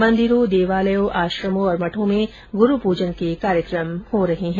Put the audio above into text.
मंदिरों देवालयों आश्रमों और मठों में गुरू पूजन के कार्यक्रम आयोजित किए जा रहे हैं